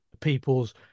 people's